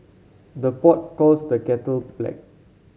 the pot calls the kettle black